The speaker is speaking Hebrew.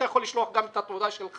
אתה יכול לשלוח גם את התעודה שלך,